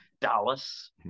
Dallas